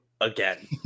again